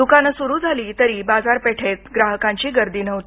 द्कानं सुरु झाली असली तरी बाजारपेठेत ग्राहकांची गर्दी नव्हती